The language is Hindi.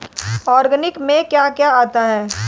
ऑर्गेनिक में क्या क्या आता है?